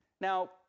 Now